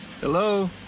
Hello